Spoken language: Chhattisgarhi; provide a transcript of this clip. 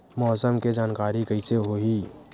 मौसम के जानकारी कइसे होही?